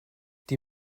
die